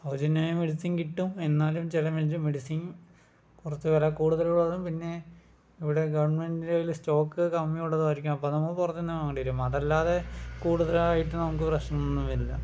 സൗജന്യ മെഡിസിൻ കിട്ടും എന്നാലും ചില മെഡിസിൻ കുറച്ചു വില കൂടുതലുള്ളതും പിന്നെ ഇവിടെ ഗവൺമെന്റിൻ്റെ കയ്യിൽ സ്റ്റോക്ക് കമ്മി ഉള്ളതും ആയിരിക്കും അപ്പോൾ നമുക്ക് പുറത്തുനിന്ന് വാങ്ങേണ്ടിവരും അതല്ലാതെ കൂടുതലായിട്ട് നമുക്ക് പ്രശ്നമൊന്നും വരില്ല